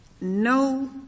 no